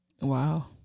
Wow